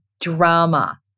drama